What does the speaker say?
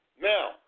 Now